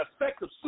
effective